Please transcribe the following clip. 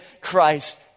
Christ